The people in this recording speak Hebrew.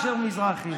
אשר מזרחי.